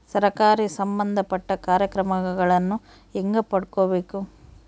ಸರಕಾರಿ ಸಂಬಂಧಪಟ್ಟ ಕಾರ್ಯಕ್ರಮಗಳನ್ನು ಹೆಂಗ ಪಡ್ಕೊಬೇಕು?